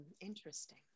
interesting